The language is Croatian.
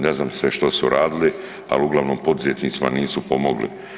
Ne znam sve što su radili, ali uglavnom poduzetnicima nisu pomogli.